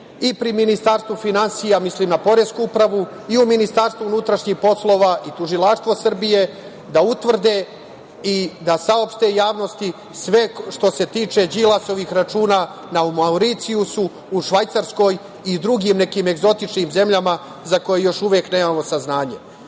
i pri Ministarstvu finansija, mislim na Poresku upravu, i u Ministarstvu unutrašnjih poslova i Tužilaštvo Srbije, da utvrde i da saopšte javnosti sve što se tiče Đilasovih računa na Mauricijusu, u Švajcarskoj i drugim nekim egzotičnim zemljama, za koje još uvek nemamo saznanje. Činjenica